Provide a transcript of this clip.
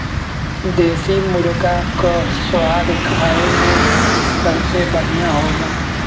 देसी मुरगा क स्वाद खाए में सबसे बढ़िया होला